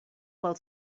pel